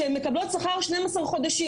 שהן מקבלות שכר שניים עשר חודשים.